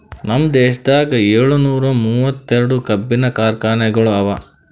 ನಮ್ ದೇಶದಾಗ್ ಏಳನೂರ ಮೂವತ್ತೆರಡು ಕಬ್ಬಿನ ಕಾರ್ಖಾನೆಗೊಳ್ ಅವಾ